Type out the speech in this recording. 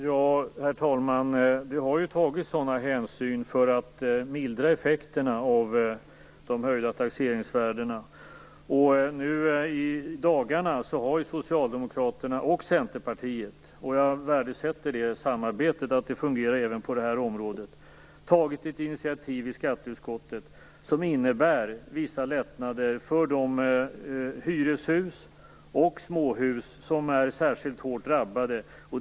Herr talman! Det har tagits sådana hänsyn för att mildra effekterna av de höjda taxeringsvärdena. I jag värdesätter det samarbetet och att det fungerar även på detta område - tagit ett initiativ i skatteutskottet som innebär vissa lättnader för de hyreshus och småhus som är särskilt hårt drabbade av detta.